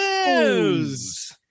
news